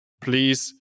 please